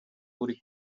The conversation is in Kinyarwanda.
uri